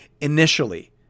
initially